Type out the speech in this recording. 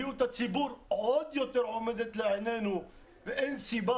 בריאות הציבור עוד יותר עומדת לנגד עינינו ואין סיבה